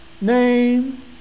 Name